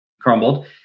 crumbled